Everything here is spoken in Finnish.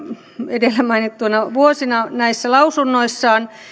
edellä mainittuina vuosina näissä lausunnoissaan